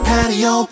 Patio